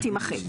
תימחק.